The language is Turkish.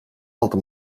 altı